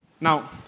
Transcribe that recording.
Now